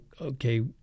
okay